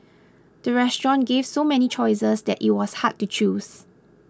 the restaurant gave so many choices that it was hard to choose